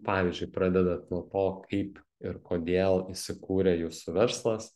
pavyzdžiui pradedat nuo to kaip ir kodėl įsikūrė jūsų verslas